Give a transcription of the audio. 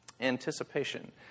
Anticipation